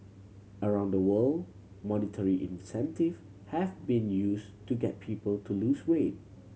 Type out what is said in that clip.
around the world monetary incentive have been used to get people to lose weight